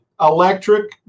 electric